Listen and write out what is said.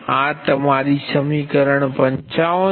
આ તમારી સમીકરણ 55 છે